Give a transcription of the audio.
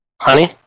Honey